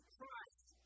Christ